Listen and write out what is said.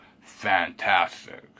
Fantastic